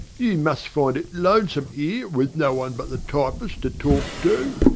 you must find it lonesome here with no one but the typist to talk to.